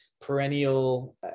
perennial